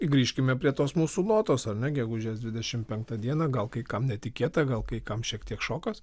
grįžkime prie tos mūsų notos ar ne gegužės dvidešimt penktą dieną gal kai kam netikėta gal kai kam šiek tiek šokas